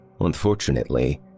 Unfortunately